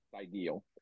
ideal